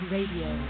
Radio